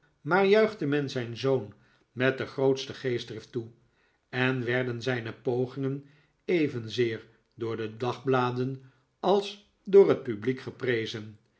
maar juichte men zijn zoon met de grootste geestdrift toe en werden zijne pogingen evenzeer door de dagbladen als door het publiek geprezen